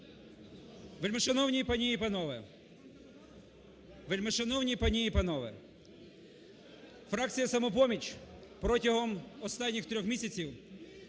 Вельмишановні пані і панове! Фракція "Самопоміч" протягом останніх трьох місяців